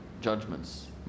judgments